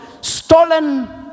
stolen